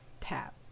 Tap